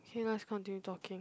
K let's continue talking